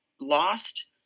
lost